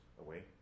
away